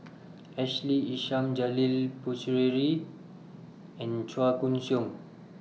Ashley Isham Janil Puthucheary and Chua Koon Siong